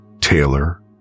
Taylor